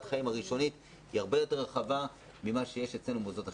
חיים ראשונית היא הרבה יותר רחבה מאשר אצלנו במוסדות החינוך.